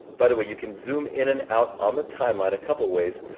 by the way, you can zoom in and out on the timeline a couple of ways.